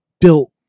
built